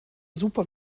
super